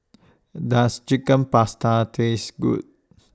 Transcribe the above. Does Chicken Pasta Taste Good